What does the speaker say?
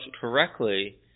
correctly